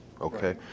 Okay